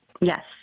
Yes